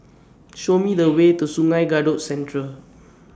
Show Me The Way to Sungei Kadut Central